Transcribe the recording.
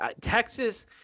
Texas